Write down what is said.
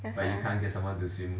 that's why